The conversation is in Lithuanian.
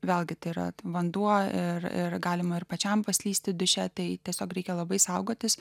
vėlgi tai yra vanduo ir galima ir pačiam paslysti duše tai tiesiog reikia labai saugotis